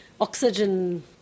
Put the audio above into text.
oxygen